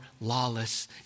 lawless